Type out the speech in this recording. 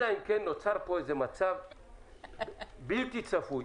אלא אם כן נוצר פה מצב בלתי צפוי,